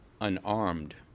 unarmed